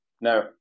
No